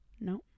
No